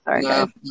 sorry